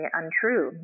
untrue